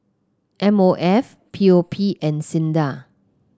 M O F P O P and SINDA